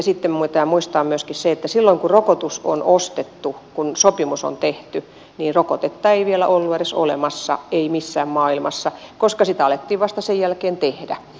sitten pitää muistaa myöskin se että silloin kun rokote ostettiin kun sopimus tehtiin niin rokotetta ei vielä ollut edes olemassa ei missään maailmassa koska sitä alettiin vasta sen jälkeen tehdä